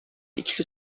ikili